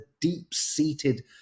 deep-seated